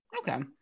okay